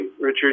Richard